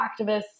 activists